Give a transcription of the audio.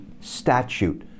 statute